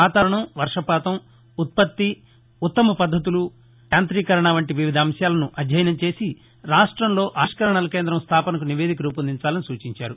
వాతావరణం వర్షపాతం ఉత్పత్తి ఉత్తమ పద్దతులు యాంతీకరణ వంటి వివిధ అంశాలను అధ్యయనం చేసి రాష్టంలో ఆవిష్కరణల కేంద్రం స్థాపనకు నివేదిక రూపొందించాలని సూచించారు